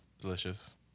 Delicious